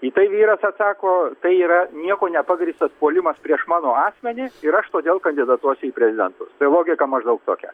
į tai vyras atsako tai yra niekuo nepagrįstas puolimas prieš mano asmenį ir aš todėl kandidatuosiu į prezidentus tai logika maždaug tokia